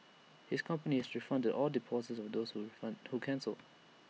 his company has refunded all deposits of those who refund who cancelled